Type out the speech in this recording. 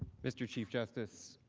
mr. chief justice,